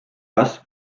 kas